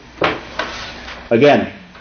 Again